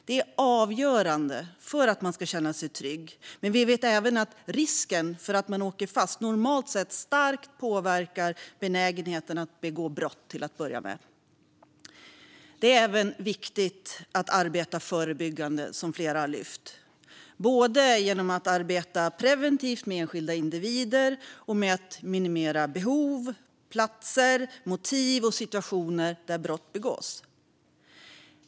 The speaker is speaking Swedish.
Det är avgörande för att man ska känna sig trygg, men vi vet även att risken för att åka fast normalt sett starkt påverkar benägenheten att begå brott till att börja med. Det är även viktigt att arbeta förebyggande, som flera här har lyft fram, genom att arbeta preventivt både med enskilda individer och med att minimera motiv, platser och situationer där brott begås.